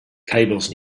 cables